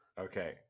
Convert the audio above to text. Okay